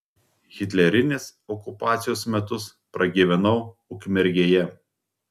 hitlerinės okupacijos metus pragyvenau ukmergėje